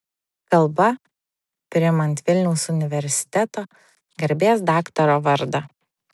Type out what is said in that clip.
kalba priimant vilniaus universiteto garbės daktaro vardą